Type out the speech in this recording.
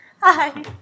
Hi